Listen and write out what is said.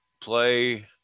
play